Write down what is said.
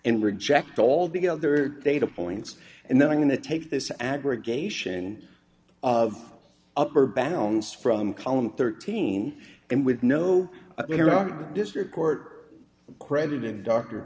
and reject all the other data points and then i'm going to take this aggregation of upper bounds from column thirteen and with no district court credited dr